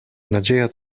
nadzieja